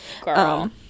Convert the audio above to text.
Girl